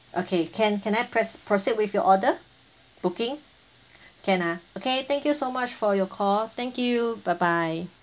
okay can can I press proceed with your order booking can ah okay thank you so much for your call thank you bye bye